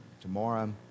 tomorrow